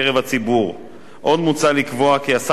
עוד מוצע לקבוע כי השר הממונה ימנה עובד אגף